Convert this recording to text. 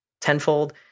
tenfold